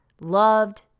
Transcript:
loved